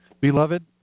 Beloved